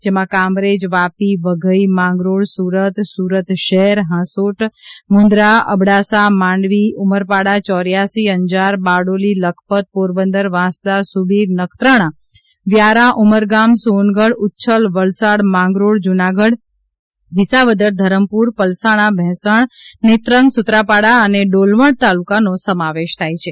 જેમાં કામરેજ વાપી વઘઇ માંગરોળસુરત સુરત શહેર હાંસોટ મુંદ્રા અબડાસા માંડવીસુરત ઉમરપાડા ચોર્યાસી અંજાર બારડોલી લખપત પોરબંદર વાંસદા સુબિર નખત્રાણા વ્યારા ઉમરગામ સોનગઢ ઉચ્છલ વલસાડ માંગરોળજૂનાગઢ વિસાવદર ધરમપુર પલસાણા ભેંસણ નેત્રંગ સુત્રાપાડા અને ડોલવણ તાલુકાનો સમાવેશ થાય છે